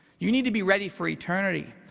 you need to be ready for eternity.